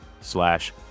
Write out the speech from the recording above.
slash